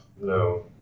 no